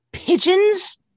Pigeons